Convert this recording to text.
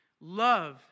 Love